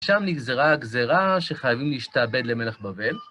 שם נגזרה הגזרה שחייבים להשתעבד למלך בבל.